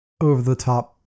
over-the-top